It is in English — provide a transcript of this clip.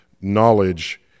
knowledge